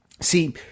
See